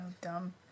dumb